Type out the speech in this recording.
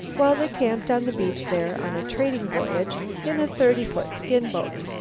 while they camped on the beach there on a trading voyage in a thirty-foot skin-boat.